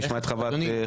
אז נשמע את חוות דעתו.